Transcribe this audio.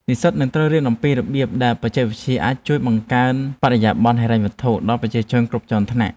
និស្សិតនឹងត្រូវរៀនអំពីរបៀបដែលបច្ចេកវិទ្យាអាចជួយបង្កើនបរិយាបន្នហិរញ្ញវត្ថុដល់ប្រជាជនគ្រប់ជាន់ថ្នាក់។